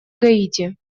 гаити